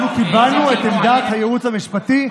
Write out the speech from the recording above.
אנחנו קיבלנו את עמדת הייעוץ המשפטי,